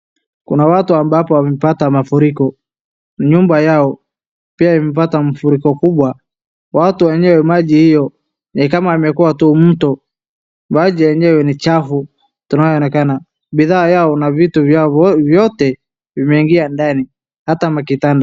Kuna watu ambapo wamepata mafuriko, nyumba yao pia imepata mafuriko kubwa, watu wenyewe hiyo maji nikama imekuwa tu mto, maji yenyewe ni chafu, tunayoonekana bidhaa yao na vitu vyao vyote imeingia ndani, hata makitanda.